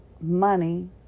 money